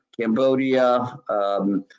Cambodia